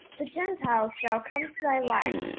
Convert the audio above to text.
the gentiles shall come to thy light.